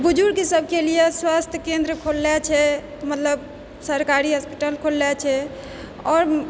बुजुर्ग सबके लियऽ स्वास्थ्य केन्द्र खोलले छै मतलब सरकारी हॉस्पिटल खोलले छै आओर